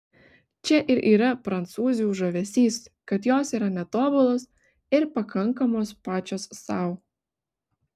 čia ir yra prancūzių žavesys kad jos yra netobulos ir pakankamos pačios sau